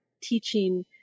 teaching